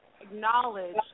acknowledge